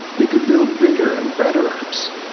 they could build bigger and better apps.